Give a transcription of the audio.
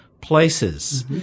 Places